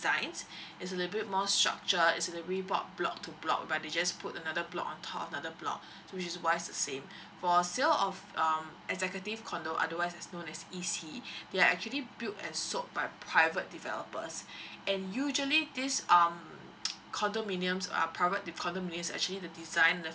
designs it's a little bit more structured it's a little bit blo~ block to block whereby they just put another block on top of another block so which is why it's the same for sale of um executive condo otherwise is known as E_C they are actually built and sold by private developers and usually this um condominiums uh private condominium actually the design and